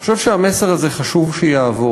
אני חושב שהמסר הזה, חשוב שיעבור.